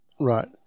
Right